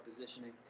positioning